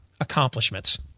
Accomplishments